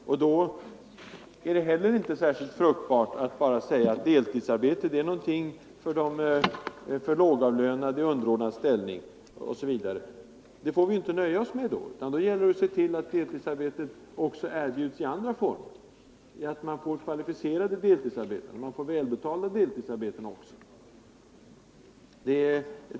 Och då är det heller inte särskilt fruktbart att säga, att deltidsarbete bara är någonting för lågavlönade i underordnad ställning osv. Det får vi inte låta nöja oss med, utan det gäller att se till att deltidsarbete kan erbjudas också i andra former, så att man får kvalificerade deltidsarbeten och välbetalda deltidsarbeten också.